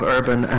Urban